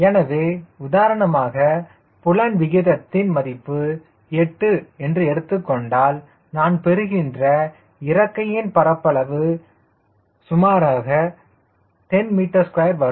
எனவே உதாரணமாக புலன் விகிதத்தின் மதிப்பு 8 என்று எடுத்துக்கொண்டால் நான் பெறுகின்ற இறக்கையின் பரப்பளவு பகுதி சுமாராக 10m2 வரும்